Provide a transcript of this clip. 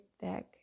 back